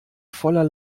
voller